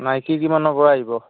Nike কিমানৰ পৰা আহিব